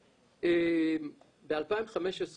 ב-2015,